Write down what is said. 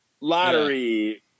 lottery